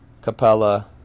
Capella